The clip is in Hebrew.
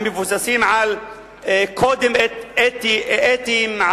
המבוססים על קודים אתיים,